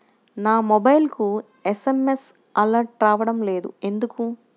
నా మొబైల్కు SMS alerts రావడం లేదు ఎందుకు?